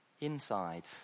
inside